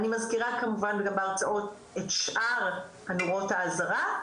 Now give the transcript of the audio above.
אני מזכירה כמובן גם בהרצאות את שאר נורות האזהרה,